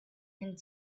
and